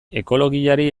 ekologiari